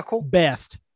best